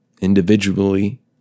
individually